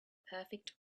perfect